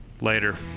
later